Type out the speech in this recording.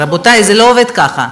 רבותי, זה לא עובד ככה.